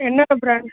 என்ன ப்ராண்ட்